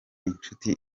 inshuti